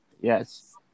yes